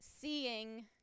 seeing